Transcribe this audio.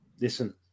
listen